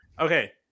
okay